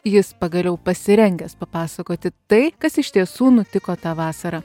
jis pagaliau pasirengęs papasakoti tai kas iš tiesų nutiko tą vasarą